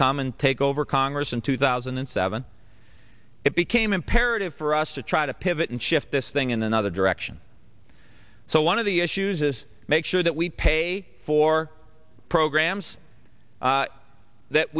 come and take over congress in two thousand and seven it became imperative for us to try to pivot and shift this thing in another direction so one of the issues is make sure that we pay for programs that